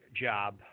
job